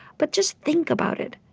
but just think about it.